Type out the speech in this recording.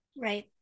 Right